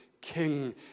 king